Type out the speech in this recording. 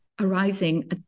arising